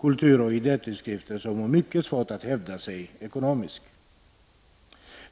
kulturoch idétidskrifter som har mycket svårt att hävda sig ekonomiskt.